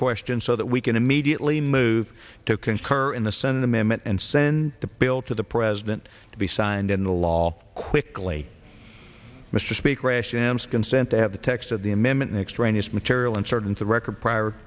question so that we can immediately move to concur in the senate amendment and send the bill to the president to be signed into law quickly mr speaker rations consent to have the text of the amendment extraneous material and certain to record prior